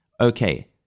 okay